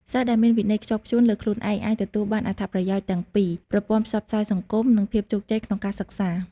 សិស្សដែលមានវិន័យខ្ជាប់ខ្ជួនលើខ្លួនឯងអាចទទួលបានអត្ថប្រយោជន៍ទាំងពីប្រព័ន្ធផ្សព្វផ្សាយសង្គម និងភាពជោគជ័យក្នុងការសិក្សា។